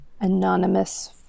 anonymous